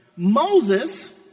Moses